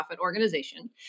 organization